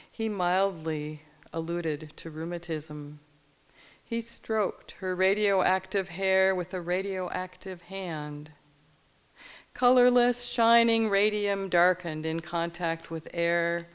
he mildly alluded to rheumatism he stroked her radioactive hair with a radioactive hand colorless shining radium dark and in contact with air